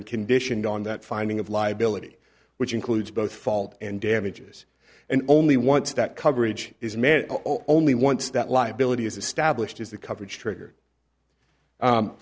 in condition on that finding of liability which includes both fault and damages and only wants that coverage is man only once that liability is established is the coverage trigger